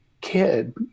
kid